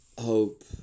hope